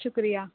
شُکریہ